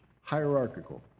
hierarchical